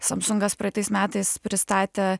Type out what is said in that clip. samsungas praeitais metais pristatė